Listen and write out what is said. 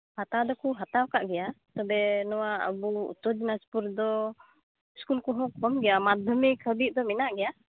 ᱦᱟᱛᱟᱣ ᱫᱚᱠᱚ ᱦᱟᱛᱟᱣ ᱟᱠᱟᱫ ᱜᱮᱭᱟ ᱛᱚᱵᱮ ᱱᱚᱣᱟ ᱟᱵᱚ ᱩᱛᱛᱚᱨ ᱫᱤᱱᱟᱡᱽᱯᱩᱨ ᱨᱮᱫᱚ ᱤᱥᱠᱩᱞ ᱠᱚᱦᱚᱸ ᱠᱚᱢ ᱜᱮᱭᱟ ᱢᱟᱫᱽᱫᱷᱚᱢᱤᱠ ᱦᱟᱹᱵᱤᱡ ᱫᱚ ᱢᱮᱱᱟᱜ ᱜᱮᱭᱟ